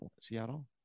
Seattle